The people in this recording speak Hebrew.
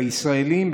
והישראליים,